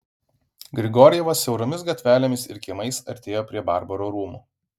grigorjevas siauromis gatvelėmis ir kiemais artėjo prie barbaro rūmų